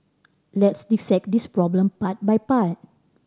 let's dissect this problem part by part